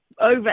over